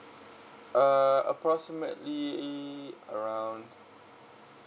uh approximately around